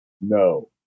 No